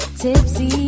tipsy